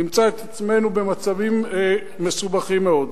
נמצא את עצמנו במצבים מסובכים מאוד.